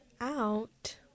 out